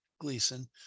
Gleason